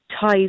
ties